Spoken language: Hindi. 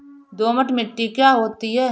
दोमट मिट्टी क्या होती हैं?